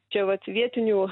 čia vat vietinių